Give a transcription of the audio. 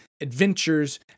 adventures